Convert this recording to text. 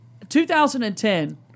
2010